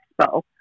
expo